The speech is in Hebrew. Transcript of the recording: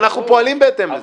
-- ואנחנו פועלים בהתאם לזה.